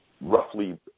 roughly